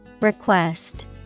request